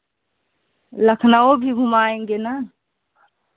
लखनऊ भी घुमाएँगे ना